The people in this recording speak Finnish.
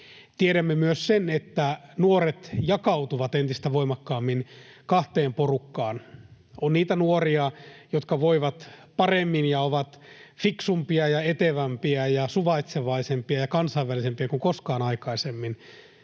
Tiedämme myös sen, että nuoret jakautuvat entistä voimakkaammin kahteen porukkaan: on niitä nuoria, jotka voivat paremmin ja ovat fiksumpia ja etevämpiä ja suvaitsevaisempia ja kansainvälisempiä kuin koskaan aikaisemmin,